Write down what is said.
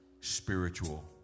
spiritual